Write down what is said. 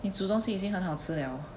你煮东西已经很好吃了